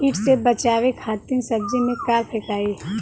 कीट से बचावे खातिन सब्जी में का फेकाई?